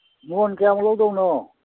ꯃꯣꯟ ꯀꯌꯥꯝ ꯂꯧꯗꯧꯅꯣ